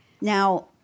Now